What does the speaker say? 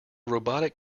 robotic